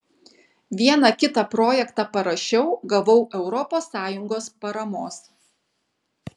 vieną kitą projektą parašiau gavau europos sąjungos paramos